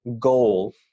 goal